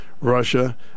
Russia